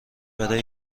برای